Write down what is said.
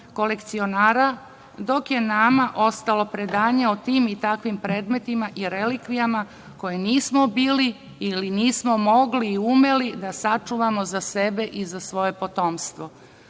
kolekcionara, dok je nama ostalo predanja o tim i takvim predmetima i relikvijama, koje nismo bilo, ili nismo mogli, umeli da sačuvamo za sebe i za svoje potomstvo. Nadam